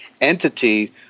entity